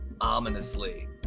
ominously